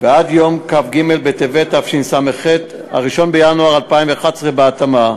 ועד יום כ"ג בטבת תשס"ח, 1 בינואר 2011, בהתאמה.